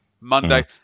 Monday